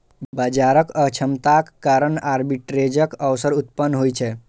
बाजारक अक्षमताक कारण आर्बिट्रेजक अवसर उत्पन्न होइ छै